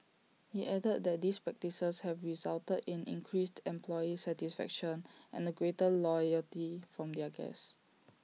he added that these practices have resulted in increased employee satisfaction and A greater loyalty from their guests